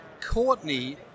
Courtney